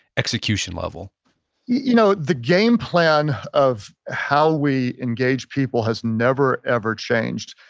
execution level you know the game plan of how we engage people has never ever changed.